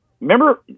remember